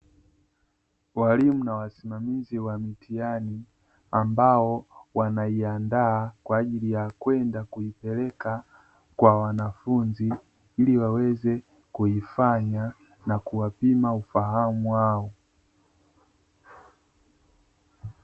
Walimu na wasimamizi wa mitihani , ambao wanaiandaa kwa ajili ya kwenda kuipeleka kwa wanafunzi, ili waweze kuifanya na kuwapima ufahamu wao.